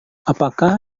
apakah